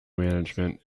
management